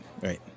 right